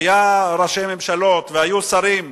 היו ראשי ממשלות והיו שרים,